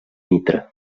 nitra